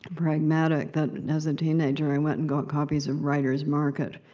pragmatic that as a teenager, i went and got copies of writer's market,